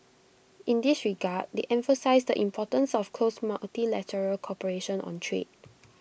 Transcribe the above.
in this regard they emphasised the importance of close multilateral cooperation on trade